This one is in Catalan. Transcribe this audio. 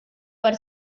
per